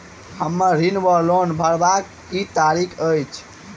हम्मर ऋण वा लोन हरमास भरवाक की तारीख अछि?